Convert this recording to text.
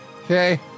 Okay